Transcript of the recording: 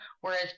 Whereas